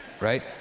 right